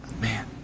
Man